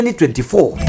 2024